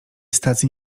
stacji